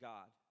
God